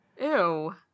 Ew